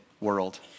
world